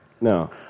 No